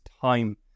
time